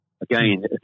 again